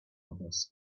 others